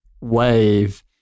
wave